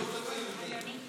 כלפי גויים.